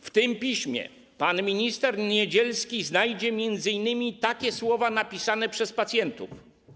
W tym piśmie pan minister Niedzielski znajdzie m.in. takie słowa napisane przez pacjentów.